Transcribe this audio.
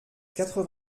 quatre